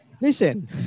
listen